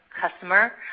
customer